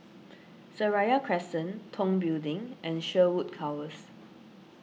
Seraya Crescent Tong Building and Sherwood Towers